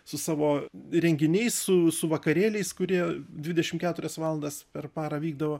su savo renginiais su su vakarėliais kurie dvidešim keturias valandas per parą vykdavo